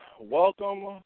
welcome